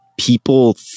people